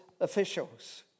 officials